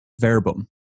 Verbum